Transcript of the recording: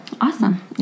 Awesome